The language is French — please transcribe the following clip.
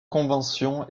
convention